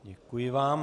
Děkuji vám.